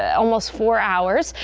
almost four hours.